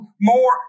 more